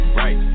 right